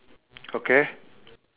okay